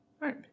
right